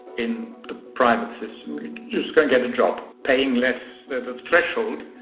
in the private system, you just can't get a job paying less than the threshold.